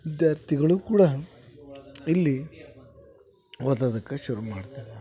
ವಿದ್ಯಾರ್ಥಿಗಳು ಕೂಡ ಇಲ್ಲಿ ಓದೋದಕ್ಕ ಶುರು ಮಾಡ್ತಾರೆ